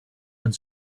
and